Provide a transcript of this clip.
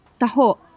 taho